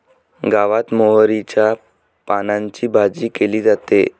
गावात मोहरीच्या पानांची भाजी केली जाते